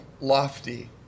lofty